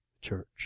church